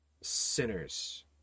sinners